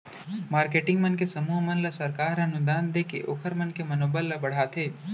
marketing मन के समूह मन ल सरकार ह अनुदान देके ओखर मन के मनोबल ल बड़हाथे